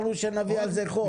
וגם אמרנו שנביא על זה חוק.